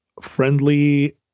friendly